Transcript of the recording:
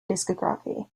discography